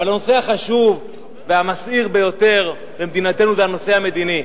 אבל הנושא החשוב והמסעיר ביותר במדינתנו זה הנושא המדיני.